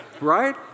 Right